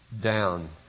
down